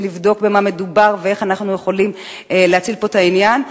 ולבדוק במה מדובר ואיך אנחנו יכולים להציל פה את העניין.